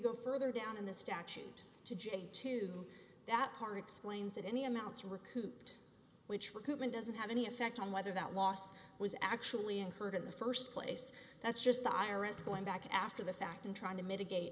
go further down in the statute to and to that part explains it any amounts recouped which recruitment doesn't have any effect on whether that wast was actually incurred in the first place that's just the i r s going back after the fact and trying to mitigate